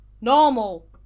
Normal